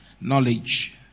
knowledge